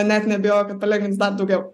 net neabejoju kad palengvins dar daugiau